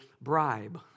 bribe